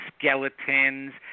skeletons